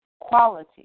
quality